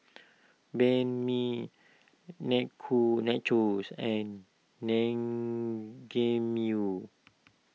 Banh Mi Nachos and Naengmyeon